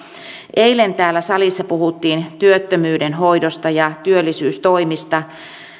eilen täällä salissa puhuttiin työttömyyden hoidosta ja työllisyystoimista